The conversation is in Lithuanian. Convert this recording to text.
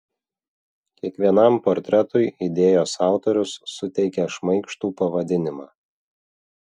kiekvienam portretui idėjos autorius suteikė šmaikštų pavadinimą